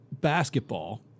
basketball